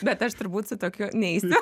bet aš turbūt su tokiu neisiu